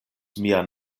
mian